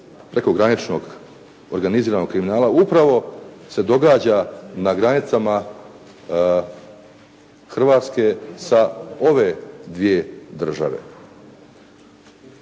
prekograničnog organiziranog kriminala upravo se događa na granicama Hrvatske sa ove dvije države.